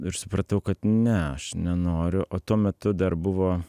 ir supratau kad ne aš nenoriu o tuo metu dar buvo